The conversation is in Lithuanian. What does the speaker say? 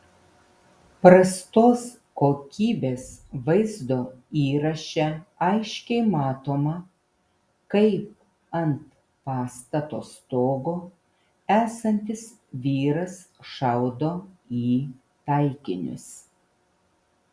prastos kokybės vaizdo įraše aiškiai matoma kaip ant pastato stogo esantis vyras šaudo į taikinius